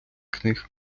книг